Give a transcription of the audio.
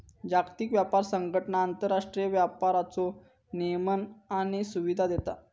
जागतिक व्यापार संघटना आंतरराष्ट्रीय व्यापाराचो नियमन आणि सुविधा देता